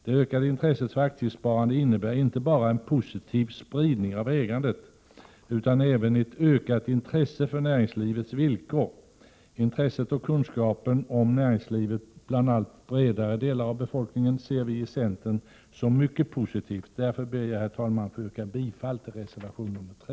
Det ökade intresset för aktiesparande innebär inte bara en positiv spridning av ägandet, utan även ett ökat intresse för näringslivets villkor. Intresset för och kunskapen om näringslivet bland allt bredare delar av befolkningen ser vi i centern som något mycket positivt. Därför ber jag, herr talman, att få yrka bifall till reservation 3.